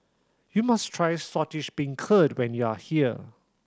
you must try Saltish Beancurd when you are here